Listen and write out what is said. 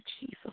Jesus